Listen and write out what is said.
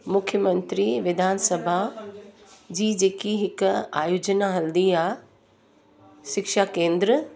मूंखे मंत्री विधान सभा जी जेकी हिकु आयोजना हलंदी आहे शिक्षा केंद्र